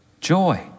Joy